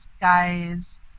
guys